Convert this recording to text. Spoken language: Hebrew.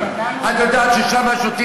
כי את יודעת ששם מעשנים סמים,